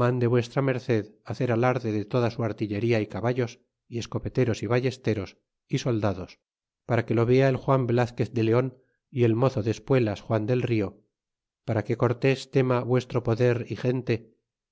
mande v md hacer alarde de toda su artillería y caballos y escopeteros y ballesteros y soldados para que lo vea el juan velazquez de leon y el mozo de espuelas juan del rio para que cortes tema vuestro poder é gente